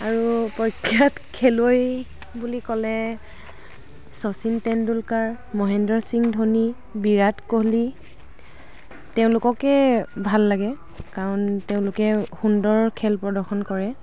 আৰু প্ৰখ্যাত খেলুৱৈ বুলি ক'লে শচীন তেণ্ডুলকাৰ মহেন্দ্ৰ সিং ধোনী বিৰাট কোহলী তেওঁলোককে ভাল লাগে কাৰণ তেওঁলোকে সুন্দৰ খেল প্ৰদৰ্শন কৰে